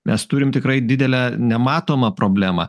mes turim tikrai didelę nematomą problemą